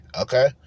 okay